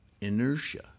inertia